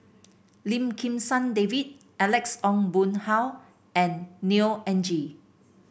Lim Kim San David Alex Ong Boon Hau and Neo Anngee